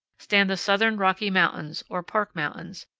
stand the southern rocky mountains, or park mountains,